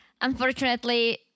unfortunately